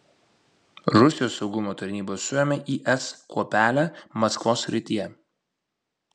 rusijos saugumo tarnybos suėmė is kuopelę maskvos srityje